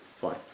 Fine